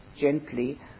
gently